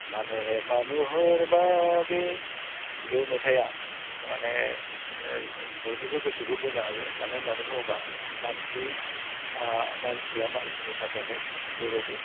बे मेथाइया माने बयनिबो गोसोखौ बोनो हायो मानो होननानै बुङोब्ला मानसि मानसिया मानसिनि थाखायनो बेबायदि